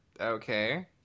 Okay